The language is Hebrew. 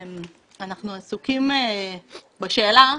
אנחנו עסוקים בשאלה,